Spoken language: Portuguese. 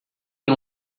tem